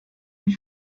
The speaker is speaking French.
lui